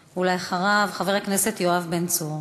אחריו, חבר הכנסת יואב בן צור.